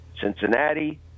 Cincinnati